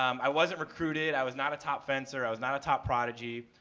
um i wasn't recruited. i was not a top fencer. i was not a top prodigy,